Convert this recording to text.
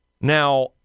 Now